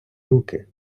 руки